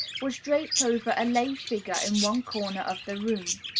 was draped over a lay figure in one corner of the room.